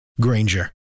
Granger